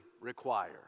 require